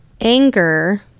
anger